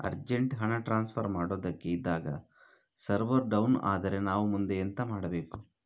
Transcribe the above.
Urgent ಹಣ transfer ಮಾಡೋದಕ್ಕೆ ಇದ್ದಾಗ ಸರ್ವರ್ ಡೌನ್ ಆದರೆ ನಾವು ಮುಂದೆ ಎಂತ ಮಾಡಬೇಕು?